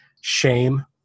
Shame